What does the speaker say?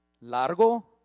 Largo